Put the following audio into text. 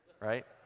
right